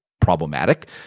problematic